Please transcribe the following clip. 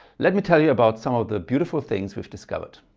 let me tell you about some of the beautiful things we've discovered.